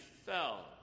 fell